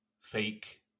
fake